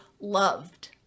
loved